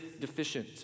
deficient